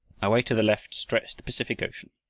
away to the left stretched the pacific ocean,